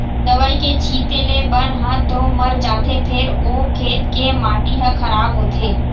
दवई के छिते ले बन ह तो मर जाथे फेर ओ खेत के माटी ह खराब होथे